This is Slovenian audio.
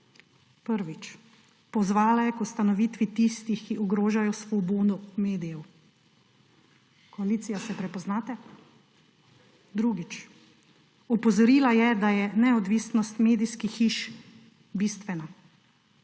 Prvič, pozvala je k ustavitvi tistih, ki ogrožajo svobodo medijev. Koalicija, se prepoznate? Drugič, opozorila je, da je neodvisnost medijskih hiš bistvena.